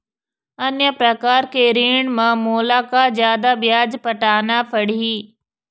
अन्य प्रकार के ऋण म मोला का जादा ब्याज पटाना पड़ही?